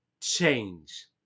change